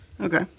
Okay